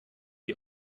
die